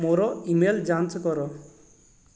ମୋର ଇମେଲ୍ ଯାଞ୍ଚ କର